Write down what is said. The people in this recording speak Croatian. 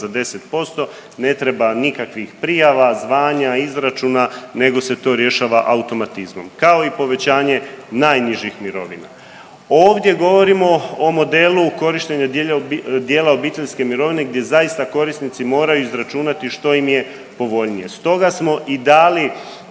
za 10%, ne treba nikakvih prijava, zvanja, izračuna, nego se to rješava automatizmom, kao i povećanje najnižih mirovina. Ovdje govorimo o modelu u korištenju dijela obiteljske mirovine gdje zaista korisnici moraju izračunati što im je povoljnije, stoga smo i dali